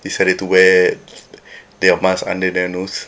decided to wear their mask under their nose